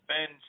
Ben